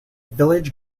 village